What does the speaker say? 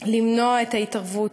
למנוע את ההתערבות.